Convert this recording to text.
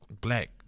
black